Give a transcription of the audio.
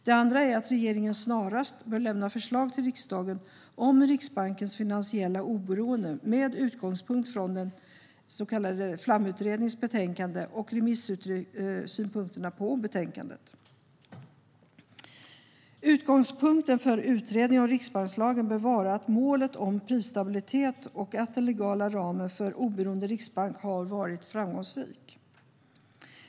Det andra är att regeringen snarast bör lämna förslag till riksdagen om Riksbankens finansiella oberoende med utgångspunkt i Flamutredningens betänkande och remissynpunkterna på detta. Utgångspunkten för utredningen om riksbankslagen bör vara att målet om prisstabilitet och den legala ramen för en oberoende riksbank har varit framgångsrika.